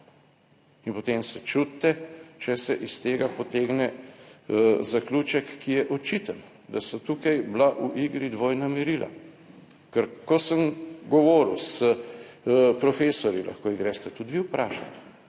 In potem se čudite, če se iz tega potegne zaključek, ki je očiten, da so tukaj bila v igri dvojna merila. Ker, ko sem govoril s profesorji, lahko jih greste tudi vi vprašati,